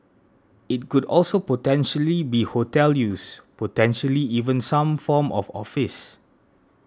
it could also potentially be hotel use potentially even some form of office